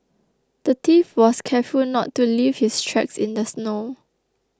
the thief was careful not to leave his tracks in the snow